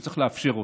שצריך לאפשר אותו,